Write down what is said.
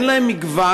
אין להם מגוון,